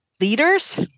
leaders